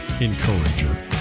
encourager